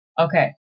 Okay